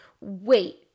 wait